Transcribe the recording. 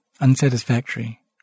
unsatisfactory